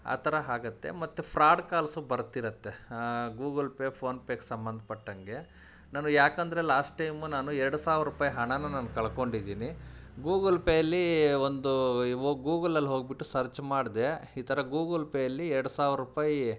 ಆ ತರ ಆಗತ್ತೆ ಮತ್ತು ಫ್ರಾಡ್ ಕಾಲ್ಸು ಬರ್ತಿರುತ್ತೆ ಗೂಗಲ್ ಪೇ ಫೋನ್ ಪೇಗೆ ಸಂಬಂಧಪಟ್ಟಂಗೆ ನಾನು ಯಾಕಂದರೆ ಲಾಸ್ಟ್ ಟೈಮ್ ನಾನು ಎರಡು ಸಾವಿರ ರುಪಾಯಿ ಹಣಾನ ನಾನು ಕಳ್ಕೊಂಡಿದೀನಿ ಗೂಗಲ್ ಪೇಲಿ ಒಂದು ಇವು ಗೂಗಲಲ್ಲಿ ಹೋಗಿಬಿಟ್ಟು ಸರ್ಚ್ ಮಾಡಿದೆ ಈ ಥರ ಗೂಗಲ್ ಪೇಲಿ ಎರಡು ಸಾವಿರ ರುಪಾಯಿ